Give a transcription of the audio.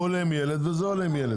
היא עולה עם ילד והוא עולה עם ילד.